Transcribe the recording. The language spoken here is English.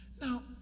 Now